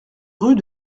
rue